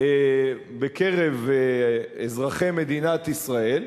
בקרב אזרחי מדינת ישראל,